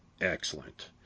Excellent